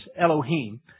Elohim